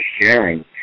sharing